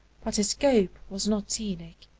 but his scope was not scenic,